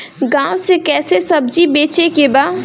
गांव से कैसे सब्जी बेचे के बा?